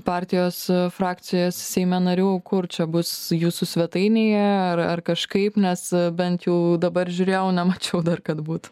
partijos frakcijos seime narių kur čia bus jūsų svetainėje ar ar kažkaip nes bent jau dabar žiūrėjau nemačiau kad būtų